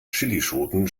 chillischoten